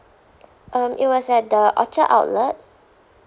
um it was at the orchard outlet